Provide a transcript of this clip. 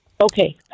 Okay